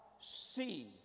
see